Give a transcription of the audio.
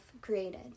created